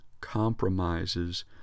compromises